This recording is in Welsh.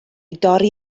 dorri